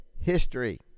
history